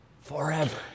Forever